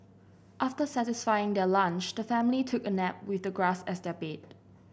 after satisfying their lunch the family took a nap with the grass as their bed